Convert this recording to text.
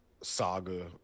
saga